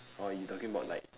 or you talking about like